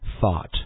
thought